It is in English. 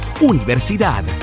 universidad